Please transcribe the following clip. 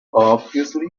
obviously